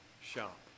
shop